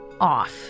off